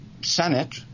Senate